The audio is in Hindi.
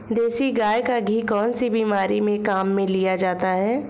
देसी गाय का घी कौनसी बीमारी में काम में लिया जाता है?